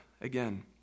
Again